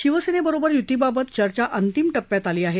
शिवसेनेबरोबर य्तीबाबत चर्चा अंतिम टप्प्यात आली आहे